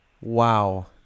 Wow